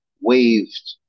waved